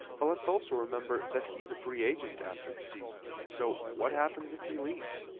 but let's also remember that he is a free agent after this season so what happens if he leaves?